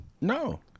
No